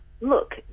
look